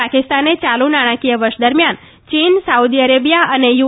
ાકિસ્તાને યાલુ નાણાકીય વર્ષ દરમિયાન ચીન સા દી અરેબીયા અને યુ